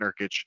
Nurkic